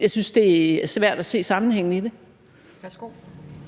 Jeg synes, det er svært at se sammenhængen i det.